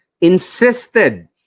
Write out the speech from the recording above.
insisted